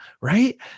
Right